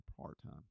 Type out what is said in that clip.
part-time